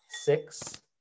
six